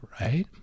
right